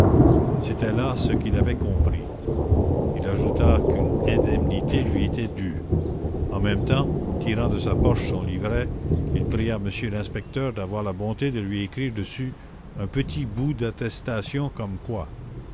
c'était là ce qu'il avait compris il ajouta qu'une indemnité lui était due en même temps tirant de sa poche son livret il pria monsieur l'inspecteur d'avoir la bonté de lui écrire dessus un petit bout d'attestation comme quoi